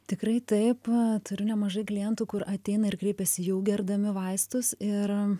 tikrai taip turiu nemažai klientų kur ateina ir kreipiasi jau gerdami vaistus ir